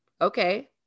okay